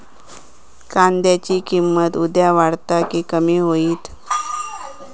कांद्याची किंमत उद्या वाढात की कमी होईत?